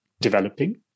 developing